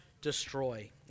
destroy